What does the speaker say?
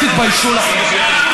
תתביישו לכם.